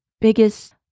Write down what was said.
biggest